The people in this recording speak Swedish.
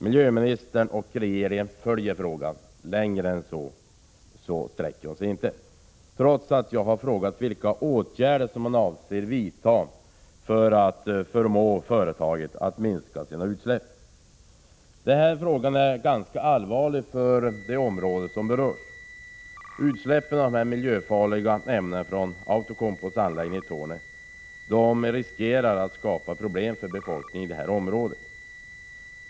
Miljöministern och regeringen följer frågan — längre än så sträcker hon sig inte, trots att jag har frågat vilka åtgärder miljöministern avser att vidta för att förmå företaget att minska sina utsläpp. 45 Det här är en allvarlig fråga för det område som berörs. Utsläppen av miljöfarliga ämnen från Outokumpus anläggning i Torneå riskerar att skapa problem för befolkningen i området.